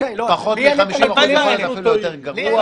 פחות מ-50%, ויכול להיות אפילו יותר גרוע.